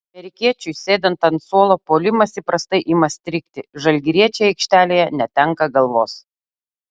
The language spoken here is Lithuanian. amerikiečiui sėdant ant suolo puolimas įprastai ima strigti žalgiriečiai aikštelėje netenka galvos